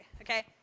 okay